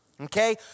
okay